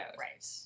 Right